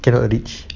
cannot reach